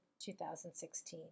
2016